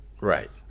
Right